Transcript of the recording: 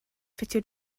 ffitio